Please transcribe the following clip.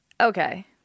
Okay